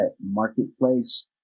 marketplace